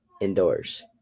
indoors